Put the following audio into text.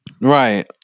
Right